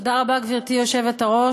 תודה רבה, גברתי היושבת-ראש.